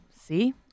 See